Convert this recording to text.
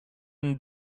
and